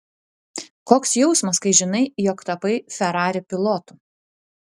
koks jausmas kai žinai jog tapai ferrari pilotu